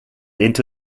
into